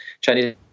Chinese